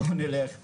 בואו נלך ביחד,